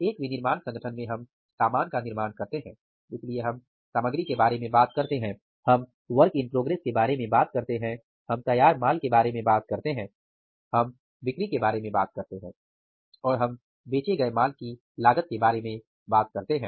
एक विनिर्माण संगठन में हम सामान का निर्माण करते हैं इसलिए हम सामग्री के बारे में बात करते हैं हम वर्क इन प्रोग्रेस के बारे में बात करते हैं हम तैयार माल के बारे में बात करते हैं हम बिक्री के बारे में बात करते हैं और हम बेचे गए माल की लागत के बारे में बात करते हैं